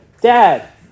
Dad